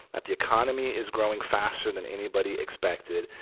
that the economy is growing faster than anybody expected,